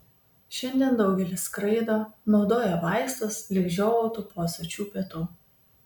šiandien daugelis skraido naudoja vaistus lyg žiovautų po sočių pietų